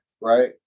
right